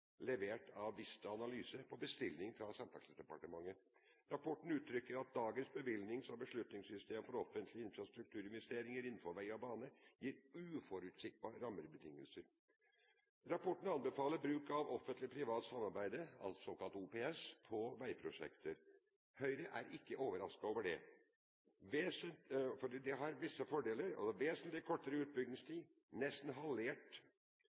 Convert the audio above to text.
levert av Vista Analyse på bestilling fra Samferdselsdepartementet. Rapporten uttrykker at dagens bevilgnings- og beslutningssystem for offentlige infrastrukturinvesteringer innenfor vei og bane gir uforutsigbare rammebetingelser. Rapporten anbefaler bruk av Offentlig Privat Samarbeid, såkalt OPS, på veiprosjekter. Høyre er ikke overrasket over det, for OPS har visse fordeler: vesentlig kortere utbyggingstid – nesten halvert,